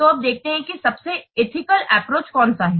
तो अब देखते हैं कि सबसे एथिकल एप्रोच कौन सा है